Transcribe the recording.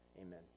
Amen